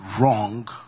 wrong